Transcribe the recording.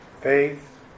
faith